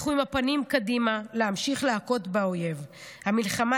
"אנחנו עם הפנים קדימה להמשיך להכות באויב המלחמה